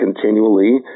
continually